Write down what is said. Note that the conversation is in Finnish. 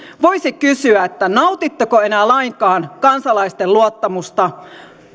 voisi kysyä nautitteko enää lainkaan kansalaisten luottamusta